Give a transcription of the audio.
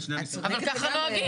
אבל ככה נוהגים.